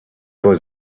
was